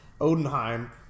Odenheim